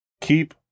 keep